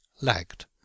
lagged